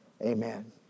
Amen